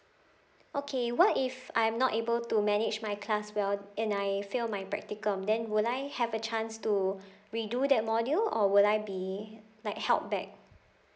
okay what if I'm not able to manage my class well and I fail my practicum then will I have a chance to reo that module or will I be like held back